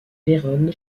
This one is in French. vérone